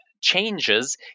changes